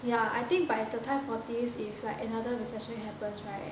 ya I think by the time for this if like another recession happens right